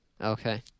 Okay